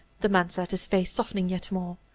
the man said, his face softening yet more.